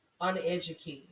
uneducated